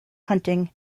hunting